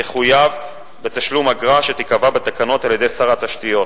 תחויב בתשלום אגרה שתיקבע בתקנות על-ידי שר התשתיות